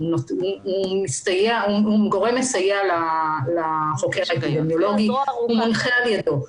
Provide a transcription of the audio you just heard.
הוא גורם מסייע לחוקר האפידמיולוגי והוא מונחה על ידו.